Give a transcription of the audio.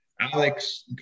Alex